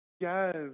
Yes